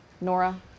Nora